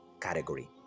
category